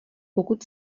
pokud